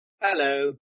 Hello